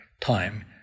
time